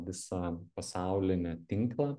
visą pasaulinį tinklą